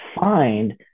find